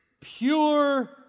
pure